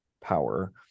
power